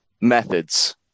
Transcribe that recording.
Methods